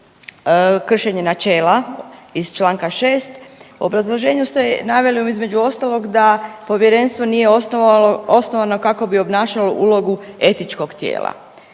kršenje načela iz Članka 6. u obrazloženju ste naveli između ostalog da povjerenstvo nije osnovano kako bi obnašalo ulogu etičkog tijela.